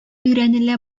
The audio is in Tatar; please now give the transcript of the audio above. өйрәнелә